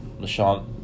LaShawn